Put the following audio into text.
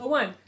one